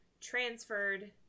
transferred